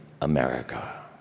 America